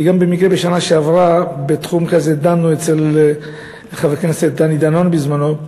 כי במקרה גם בשנה שעברה דנו בתחום הזה אצל חבר הכנסת דני דנון בזמנו,